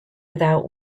without